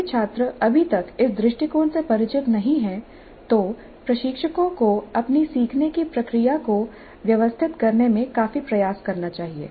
यदि छात्र अभी तक इस दृष्टिकोण से परिचित नहीं हैं तो प्रशिक्षकों को अपनी सीखने की प्रक्रिया को व्यवस्थित करने में काफी प्रयास करना चाहिए